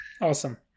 Awesome